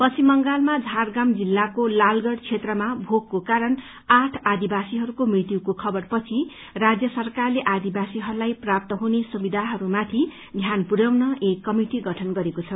पश्चिम बंगालमा झाडप्राम जिल्लाको लालगढ़ क्षेत्रमा भोकको कारण र आदिवासीहरूकके मृत्युको खबरपछि राज्य सरकारले आदिवासीहरूलाई प्राप्त हुने सुविधाहरूमाथि ध्यान पुर्याउन एक कमिटि गठन गरेको छ